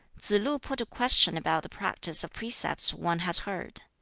tsz-lu put a question about the practice of precepts one has heard.